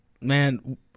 Man